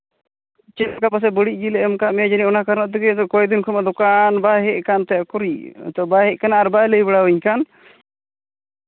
ᱪᱮᱫᱠᱟ ᱯᱟᱥᱮᱡ ᱵᱟᱹᱲᱤᱡ ᱜᱮᱞᱮ ᱮᱢ ᱠᱟᱜ ᱢᱮ ᱡᱟᱹᱱᱤᱡ ᱚᱱᱟ ᱠᱟᱨᱚᱱ ᱛᱮ ᱠᱚᱭᱮᱠ ᱫᱤᱱ ᱠᱷᱚᱱ ᱢᱟ ᱫᱚᱠᱟᱱ ᱵᱟᱭ ᱦᱮᱡ ᱠᱟᱱᱛᱮ ᱩᱠᱩᱨᱤᱡ ᱛᱳ ᱵᱟᱭ ᱦᱮᱡ ᱠᱟᱱᱟ ᱟᱨ ᱵᱟᱭ ᱞᱟᱹᱭ ᱵᱟᱲᱟᱣᱟᱹᱧ ᱠᱟᱱ